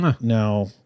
Now